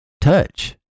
touch